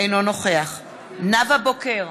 אינו נוכח נאוה בוקר,